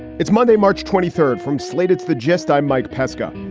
it's monday, march twenty third from slate's the gist. i'm mike pesca.